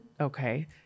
Okay